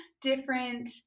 different